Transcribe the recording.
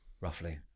roughly